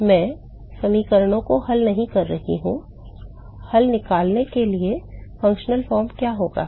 मैं समीकरणों को हल नहीं कर रहा हूं हल निकालने के लिए कार्यात्मक रूप क्या होगा